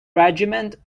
regiment